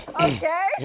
Okay